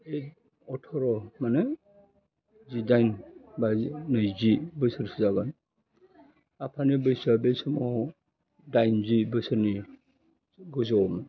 एक अट्र मानो जिदाइन बाजि नैजि बोसोरसो जाबानो आफानि बैसोआ बे समाव दाइनजि बैसोनि गोजौआवमोन